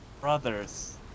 brothers